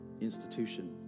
institution